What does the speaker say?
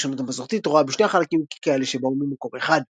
הפרשנות המסורתית רואה בשני החלקים ככאלה שבאו ממקור אחד.